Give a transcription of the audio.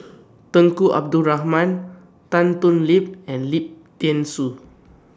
Tunku Abdul Rahman Tan Thoon Lip and Lim Thean Soo